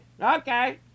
Okay